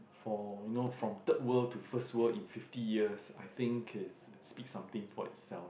for you know from third world to first world in fifty years I think is speak something for itself